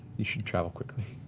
you should travel quickly.